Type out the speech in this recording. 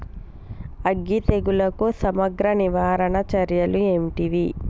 అగ్గి తెగులుకు సమగ్ర నివారణ చర్యలు ఏంటివి?